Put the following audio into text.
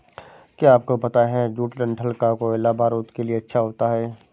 क्या आपको पता है जूट डंठल का कोयला बारूद के लिए अच्छा होता है